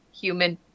human